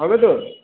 হবে তো